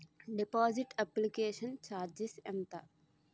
Deposit application charges ఎంత?